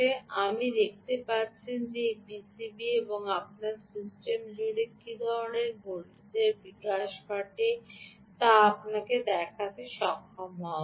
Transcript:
আপনি দেখতে পাচ্ছেন যে এটি পিসিবি এবং আমার এই সিস্টেম জুড়ে কী ধরণের ভোল্টেজ বিকাশ ঘটে তা আপনাকে দেখাতে সক্ষম হওয়া উচিত